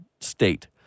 state